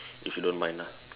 if you don't mind ah